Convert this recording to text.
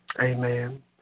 Amen